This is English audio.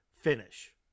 finish